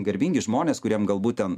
garbingi žmonės kuriem galbūt ten